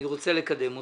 אני רוצה לקדם אותו.